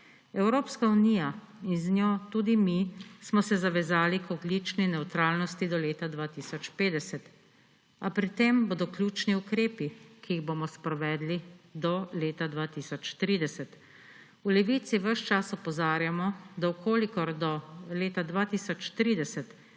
Evropska unija in z njo tudi mi smo se zavezali k ogljični nevtralnosti do leta 2050, a pri tem bodo ključni ukrepi, ki jih bomo sprovedli do leta 2030. V Levici ves čas opozarjamo, da če do leta 2030